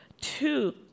Two